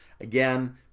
Again